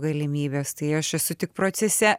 galimybes tai aš esu tik procese